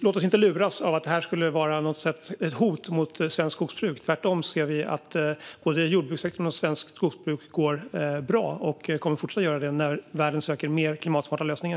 Låt oss inte luras av att detta skulle vara ett hot mot svenskt skogsbruk - tvärtom ser vi att både jordbrukssektorn och svenskt skogsbruk går bra och kommer att fortsätta göra det när världen söker mer klimatsmarta lösningar.